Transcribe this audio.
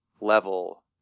level